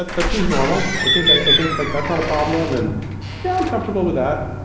that that seems normal. i think i think like that's not a problem. and yeah i'm comfortable with that.